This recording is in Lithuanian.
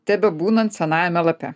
tebebūnant senajame lape